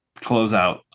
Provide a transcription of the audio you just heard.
closeout